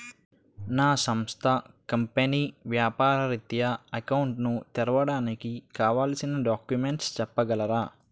నా సంస్థ కంపెనీ వ్యాపార రిత్య అకౌంట్ ను తెరవడానికి కావాల్సిన డాక్యుమెంట్స్ చెప్పగలరా?